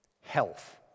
health